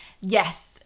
Yes